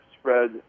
spread